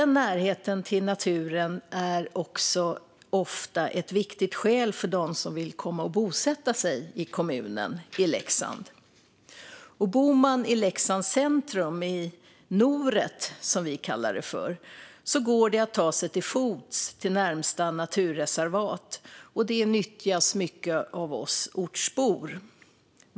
Närheten till naturen är också ofta ett viktigt skäl för dem som vill komma och bosätta sig i Leksands kommun. Bor man i Leksands centrum, i Noret, som vi kallar det för, går det att ta sig till fots till närmaste naturreservat, som nyttjas mycket av oss ortsbor.